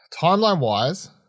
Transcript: timeline-wise